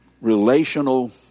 relational